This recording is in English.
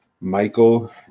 Michael